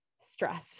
stress